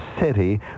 city